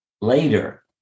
later